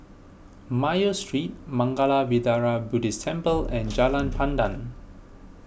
Mayo Street Mangala Vihara Buddhist Temple and Jalan Pandan